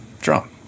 drum